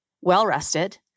well-rested